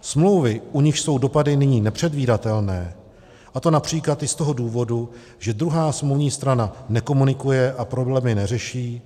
Smlouvy, u nichž jsou dopady nyní nepředvídatelné, a to například i z toho důvodu, že druhá smluvní strana nekomunikuje a problémy neřeší,